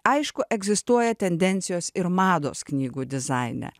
aišku egzistuoja tendencijos ir mados knygų dizaine